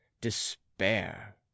despair